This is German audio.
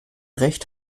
recht